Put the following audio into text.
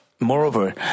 Moreover